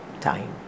time